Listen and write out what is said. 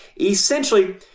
Essentially